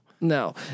no